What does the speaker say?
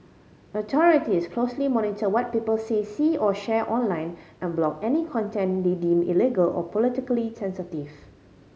authorities closely monitor what people say see or share online and block any content they deem illegal or politically sensitive